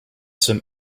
some